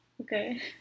Okay